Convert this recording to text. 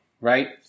right